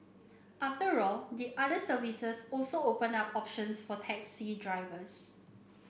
after all the other services also open up options for taxi drivers